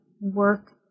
work